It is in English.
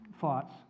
thoughts